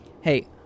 Hey